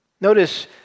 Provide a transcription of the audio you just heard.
Notice